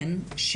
כן.